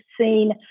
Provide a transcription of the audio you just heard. seen